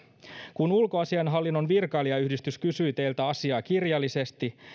kun ulkoasiainhallinnon virkailijayhdistys kysyi teiltä asiaa kirjallisesti